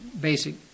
basic